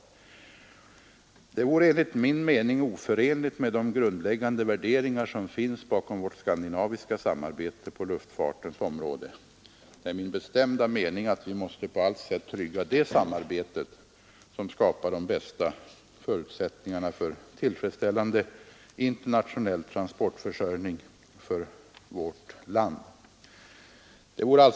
Det vore enligt min mening oförenligt med de grundläggande värderingarna bakom det skandinaviska samarbetet på luftfartens område. Det är min bestämda mening att vi på allt sätt måste trygga detta samarbete, som skapar de bästa förutsättningarna för tillfredsställande internationell transportförsörjning för vårt land.